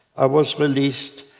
i was released.